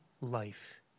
life